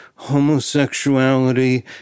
homosexuality